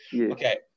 okay